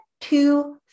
two